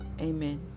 Amen